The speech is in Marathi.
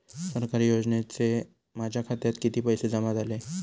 सरकारी योजनेचे माझ्या खात्यात किती पैसे जमा झाले?